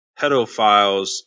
pedophiles